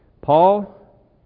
Paul